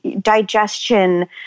digestion